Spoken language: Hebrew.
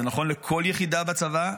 זה נכון לכל יחידה בצבא,